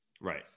right